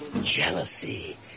jealousy